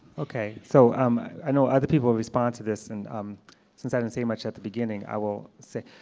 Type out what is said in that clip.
ok. so um i i know other people will respond to this. and um since i don't say much at the beginning i will say.